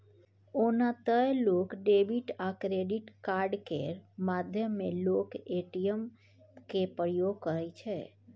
ओना तए लोक डेबिट आ क्रेडिट कार्ड केर माध्यमे लोक ए.टी.एम केर प्रयोग करै छै